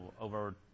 over